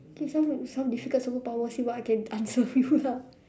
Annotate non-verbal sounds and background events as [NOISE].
give some some difficult superpower see what I can answer [LAUGHS] you lah